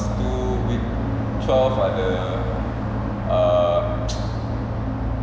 lepas tu week twelve ada